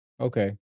okay